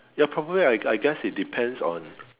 ya probably I I guess it depends on